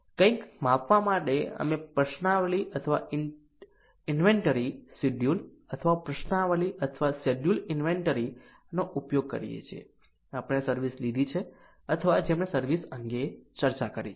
કંઈક માપવા માટે અમે પ્રશ્નાવલી અથવા ઈન્વેન્ટરી શેડ્યૂલ અથવા પ્રશ્નાવલી અથવા શેડ્યૂલ ઈન્વેન્ટરીનો ઉપયોગ કરીએ છીએ જેમણે સર્વિસ લીધી છે અથવા જેમણે સર્વિસ અંગે ચર્ચા કરી છે